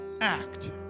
act